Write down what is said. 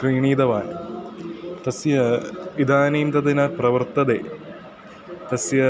क्रीणीतवान् तस्य इदानीं तद् न प्रवर्तते तस्य